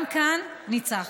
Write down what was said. גם כאן ניצחנו.